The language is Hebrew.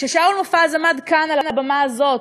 כששאול מופז עמד כאן, על הבמה הזאת,